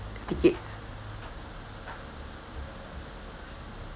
tickets